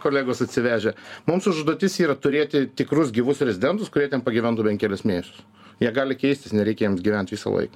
kolegos atsivežę mums užduotis yra turėti tikrus gyvus rezidentus kurie ten pagyventų ben kelis mėnesius jie gali keistis nereikia jiems gyvent visąlaik